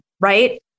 right